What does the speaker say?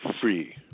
free